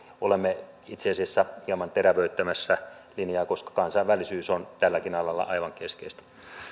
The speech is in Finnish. olemme itse asiassa hieman terävöittämässä linjaa koska kansainvälisyys on tälläkin alalla aivan keskeistä sitten